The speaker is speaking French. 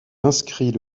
inscrit